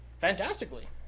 fantastically